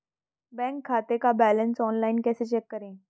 Bank खाते का balance online कैसे चेक करें?